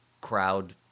crowd